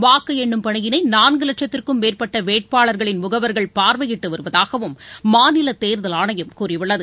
வாக்கு எண்ணும் பணியினை நான்கு வட்சத்திற்கும் மேற்பட்ட வேட்பாளர்களின் முகவர்கள் பார்வையிட்டு வருவதாகவும் மாநில தேர்தல் ஆணையம் கூறியுள்ளது